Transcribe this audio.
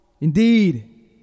Indeed